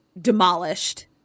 demolished